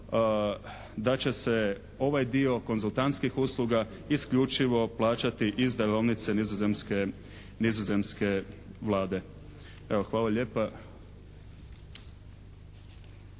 da će se ovaj dio konzultantskih usluga isključivo plaćati iz darovnice nizozemske Vlade. Evo, hvala lijepa.